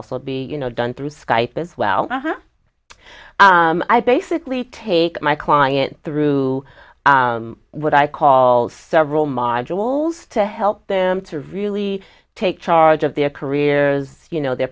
also be you know done through skype as well i basically take my client through what i call several modules to help them to really take charge of their careers you know their